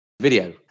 video